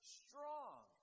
strong